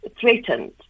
threatened